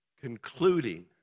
Concluding